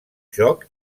joc